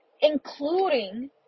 including